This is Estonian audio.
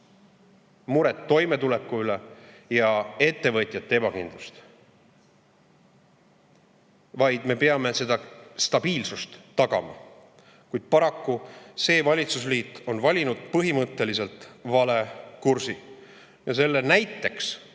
muret toimetuleku pärast ja ettevõtjate ebakindlust, me peame tagama stabiilsuse. Kuid paraku see valitsusliit on valinud põhimõtteliselt vale kursi. Selle näiteks